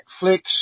Netflix